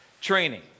training